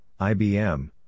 IBM